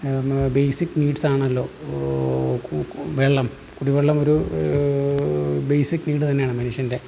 basic needs ആണല്ലോ വെള്ളം കുടിവെള്ളമൊരു ബെയിസിക്ക് നീഡ് തന്നെയാണ് മനുഷ്യൻ്റെ